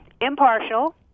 impartial